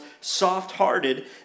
soft-hearted